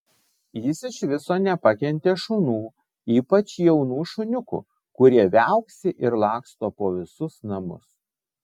jis iš viso nepakentė šunų ypač jaunų šuniukų kurie viauksi ir laksto po visus namus